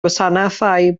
gwasanaethau